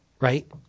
Right